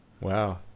wow